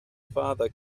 father